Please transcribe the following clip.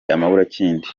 amaburakindi